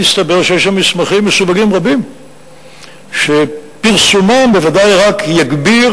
הסתבר שיש שם מסמכים מסווגים רבים שפרסומם בוודאי רק יגביר